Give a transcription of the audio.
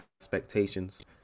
expectations